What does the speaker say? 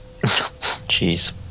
Jeez